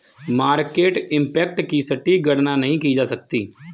market impact की सटीक गणना नहीं की जा सकती